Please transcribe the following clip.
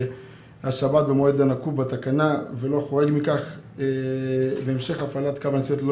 השבת במועד הנקוב בתקנה ולא חורג מכך והמשך הפעלת קו הנסיעות ללא